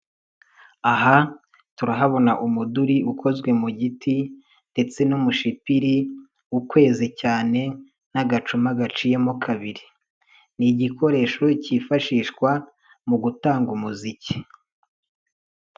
Aha turahabona umuduri ukozwe mu giti ndetse n'umushipiri ukweze cyane, n'agacuma gaciyemo kabiri. Ni igikoresho kifashishwa mu gutanga umuziki.